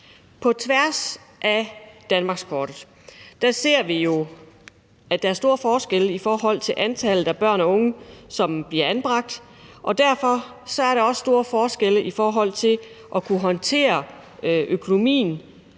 På tværs af danmarkskortet ser vi jo, at der er store forskelle i forhold til antallet af børn og unge, som bliver anbragt. Og derfor er der også store forskelle i forhold til at kunne håndtere økonomien,